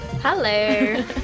Hello